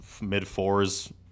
mid-fours